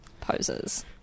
poses